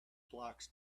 blocks